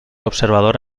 observador